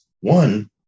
One